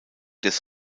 des